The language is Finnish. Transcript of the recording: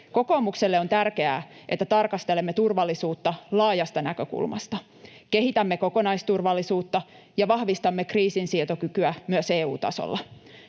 Kokoomukselle on tärkeää, että tarkastelemme turvallisuutta laajasta näkökulmasta. Kehitämme kokonaisturvallisuutta ja vahvistamme kriisinsietokykyä myös EU-tasolla.